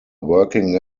working